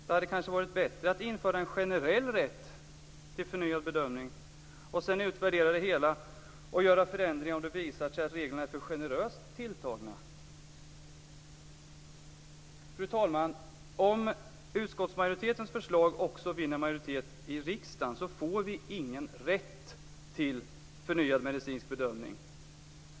Det hade kanske varit bättre att införa en generell rätt till förnyad bedömning och sedan utvärdera det hela och göra förändringarna om det visar sig att reglerna är för generöst tilltagna. Fru talman! Om utskottsmajoritetens förslag också vinner majoritet i riksdagen får vi ingen rätt till förnyad medicinsk bedömning.